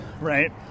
right